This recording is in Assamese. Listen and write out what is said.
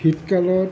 শীত কালত